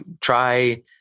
try